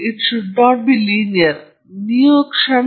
ನೀವು ಕ್ಷಣಕ್ಕೆ ರೇಖೀಯವಾಗಿರುವಂತೆ ಊಹಿಸೋಣ ನೀವು 840 ಡಿಗ್ರಿ ಸಿಗೆ ಹೋಗಬೇಕಾಗಬಹುದು